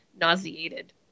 nauseated